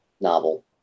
novel